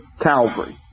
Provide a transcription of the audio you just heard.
Calvary